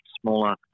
smaller